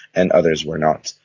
and others were not.